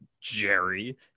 Jerry